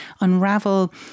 unravel